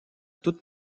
toute